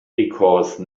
because